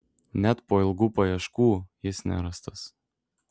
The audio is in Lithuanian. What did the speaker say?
net po ilgų paieškų jis nerastas